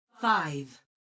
Five